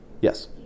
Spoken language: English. Yes